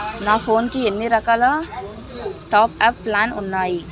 నా ఫోన్ కి ఎన్ని రకాల టాప్ అప్ ప్లాన్లు ఉన్నాయి?